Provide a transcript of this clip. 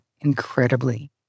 incredibly